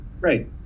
right